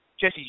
Jesse